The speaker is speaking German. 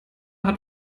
hat